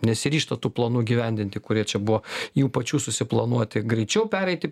nesiryžta tų planų įgyvendinti kurie čia buvo jų pačių susiplanuoti greičiau pereiti